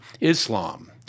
Islam